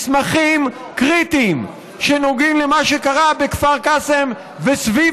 מסמכים קריטיים שנוגעים למה שקרה בכפר קאסם וסביב